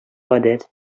гадәт